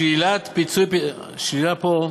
שלילת זכאות לקצבאות ופיצויים ממחבלים) השלילה פה,